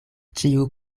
ĉiu